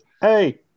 hey